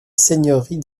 seigneurie